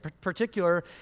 particular